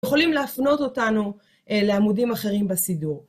יכולים להפנות אותנו אל עמודים אחרים בסידור.